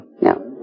No